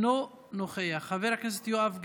אינו נוכח, חבר הכנסת יואב גלנט,